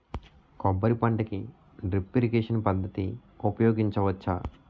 కొబ్బరి పంట కి డ్రిప్ ఇరిగేషన్ పద్ధతి ఉపయగించవచ్చా?